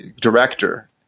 director